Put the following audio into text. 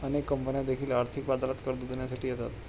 अनेक कंपन्या देखील आर्थिक बाजारात कर्ज देण्यासाठी येतात